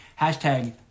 Hashtag